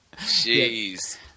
Jeez